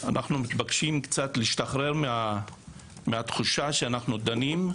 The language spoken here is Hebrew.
אנחנו מתבקשים קצת להשתחרר מהתחושה שאנחנו דנים,